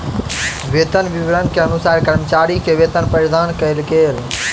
वेतन विवरण के अनुसार कर्मचारी के वेतन प्रदान कयल गेल